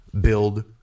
Build